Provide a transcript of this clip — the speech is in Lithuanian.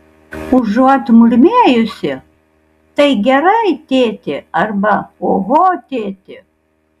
užuot murmėjusi tai gerai tėti arba oho tėti